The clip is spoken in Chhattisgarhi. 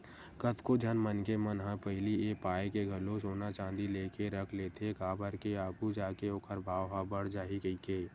कतको झन मनखे मन ह पहिली ए पाय के घलो सोना चांदी लेके रख लेथे काबर के आघू जाके ओखर भाव ह बड़ जाही कहिके